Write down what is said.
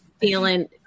feeling